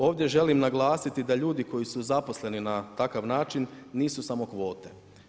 Ovdje želim naglasiti da ljudi koji su zaposleni na takav način nisu samo kvote.